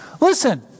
Listen